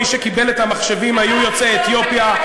מי שקיבלו את המחשבים היו יוצאי אתיופיה,